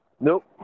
Nope